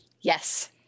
Yes